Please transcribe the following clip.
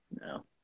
no